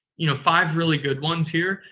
you know, five really good ones here,